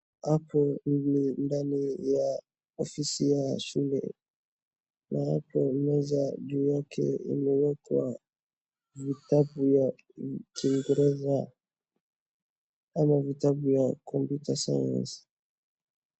Hapo ni ndani ya ofisi ya shule na hapo meza juu yake imewekwa vitabu vya kingereza ama vitabu ya computer science .